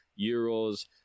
Euros